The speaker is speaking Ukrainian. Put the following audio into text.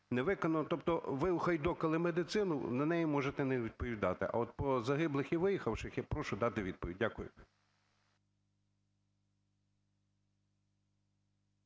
Тобто ви ухайдокали медицину, на неї можете не відповідати, а от по загиблих і виїхавших я прошу дати відповідь. Дякую.